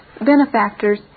benefactors